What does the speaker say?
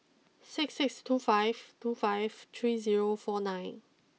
six six two five two five three zero four nine